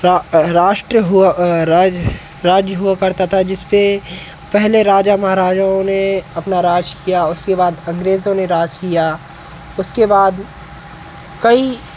रा राष्ट्र हुआ राज राज हुआ करता था जिस पर पहले राजा महराजाओ ने अपना राज किया उसके बाद अंग्रेजो ने राज किया उसके बाद कई